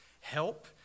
help